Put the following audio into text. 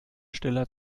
stiller